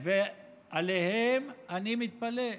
עליהם אני מתפלא.